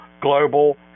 global